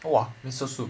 !wah! miso soup